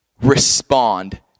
Respond